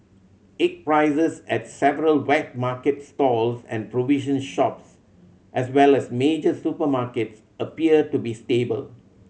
egg prices at several wet market stalls and provision shops as well as major supermarkets appear to be stable